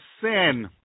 sin